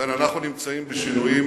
ובכן, אנחנו נמצאים בשינויים